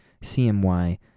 CMY